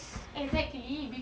kurusest